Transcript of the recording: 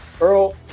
Earl